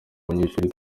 abanyeshuri